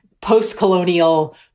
post-colonial